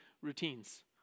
routines